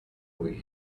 will